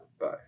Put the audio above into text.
bye